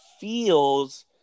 feels